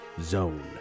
zone